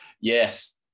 Yes